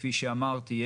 כפי שאמרתי,